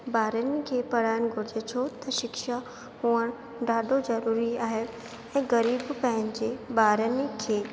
ॿारनि खे पढ़ाइणु घुरिजे छो त शिक्षा हुअणु ॾाढो ज़रूरी आहे ऐं ग़रीब पंहिंजे ॿारनि खे